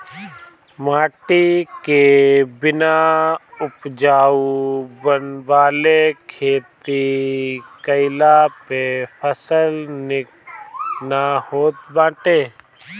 माटी के बिना उपजाऊ बनवले खेती कईला पे फसल निक ना होत बाटे